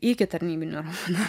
iki tarnybiniu romanu